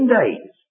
days